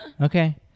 Okay